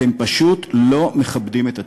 אתם פשוט לא מכבדים את עצמכם,